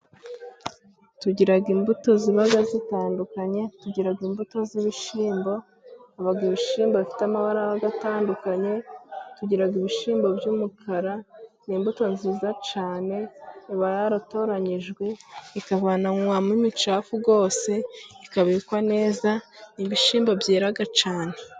Tugira imbuto ziba zitandukanye, tugira imbuto z'ibishyimbo habaho ibishyimbo bifite amabara atandukanye, tugira ibishyimbo by'umukara, ni imbuto nziza cyane iba yaratoranyijwe ikavanwamo imicafu rwose, ikabikwa neza, ni ibishyimbo byera cyane.